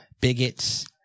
bigots